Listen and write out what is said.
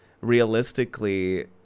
realistically